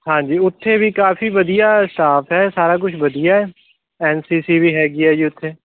ਹਾਂ ਜੀ ਉੱਥੇ ਵੀ ਕਾਫ਼ੀ ਵਧੀਆ ਸਟਾਫ਼ ਹੈ ਸਾਰਾ ਕੁਛ ਵਧੀਆ ਐਨ ਸੀ ਸੀ ਵੀ ਹੈਗੀ ਆ ਜੀ ਉੱਥੇ